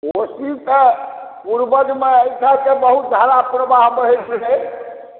कोशी सॅं पूर्वज मे एहिठाम के बहुत धारा प्रवाह बहै छलै